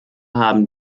haben